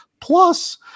Plus